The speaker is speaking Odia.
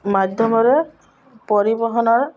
ମାଧ୍ୟମରେ ପରିବହନର